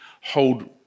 hold